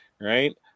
Right